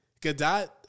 Gadot